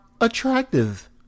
attractive